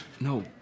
No